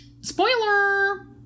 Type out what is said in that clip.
spoiler